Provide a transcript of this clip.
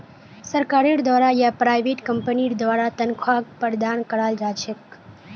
सरकारेर द्वारा या प्राइवेट कम्पनीर द्वारा तन्ख्वाहक प्रदान कराल जा छेक